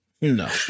No